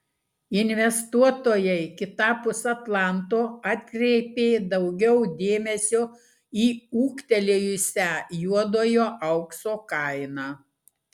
investuotojai kitapus atlanto atkreipė daugiau dėmesio į ūgtelėjusią juodojo aukso kainą